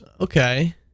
Okay